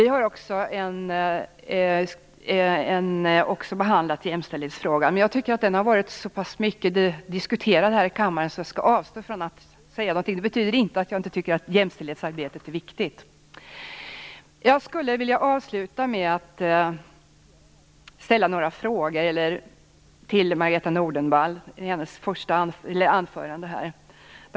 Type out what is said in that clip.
Vi har också behandlat jämställdhetsfrågan, men jag tycker att den frågan diskuterats så pass mycket här i kammaren att jag kan avstå från att ta upp den. Det betyder dock inte att jag inte tycker att jämställdhetsarbetet är viktigt. Avslutningsvis skulle jag vilja ställa några frågor till Margareta E Nordenvall med anledning av hennes anförande här.